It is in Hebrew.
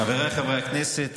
חבריי חברי הכנסת,